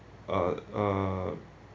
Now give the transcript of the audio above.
uh uh